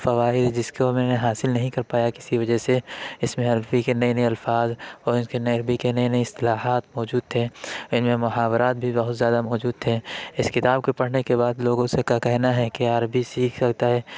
فوائد جس کو میں حاصل نہیں کر پایا کسی وجہ سے اس میں عربی کے نئے نئے الفاظ اور عربی کے نئے نئے اصطلاحات موجود تھے ان میں محاورات بھی بہت زیادہ موجود تھے اس کتاب کو پڑھنے کے بعد لوگوں سے کا کہنا ہے کہ عربی سیکھ سکتا ہے